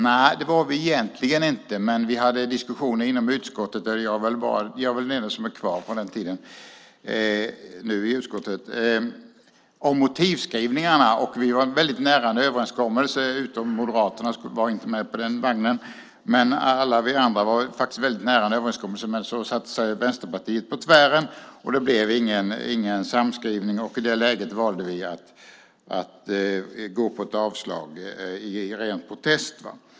Nej, det var vi egentligen inte, men vi hade diskussioner inom utskottet - jag är väl den enda som är kvar i utskottet från den tiden - om motivskrivningarna. Vi var väldigt nära en överenskommelse. Moderaterna var inte med på det tåget, men alla vi andra var faktiskt väldigt nära en överenskommelse. Men så satte sig Vänsterpartiet på tvären, och det blev ingen samskrivning. I det läget valde vi att gå på ett avslag i ren protest.